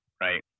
right